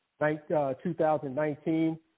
2019